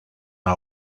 our